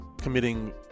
committing